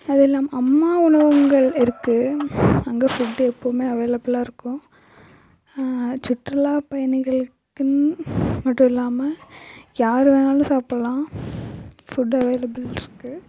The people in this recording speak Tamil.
அதுவுல்லாமல் அம்மா உணவகங்கள் இருக்குது அங்கே ஃபுட்டு எப்போவுமே அவைலபிளாக இருக்கும் சுற்றுலா பயணிகளுக்குன்னு மட்டுல்லாமல் யார் வேணாலும் சாப்பிடுலாம் ஃபுட்டு அவைலபிளாக இருக்கும்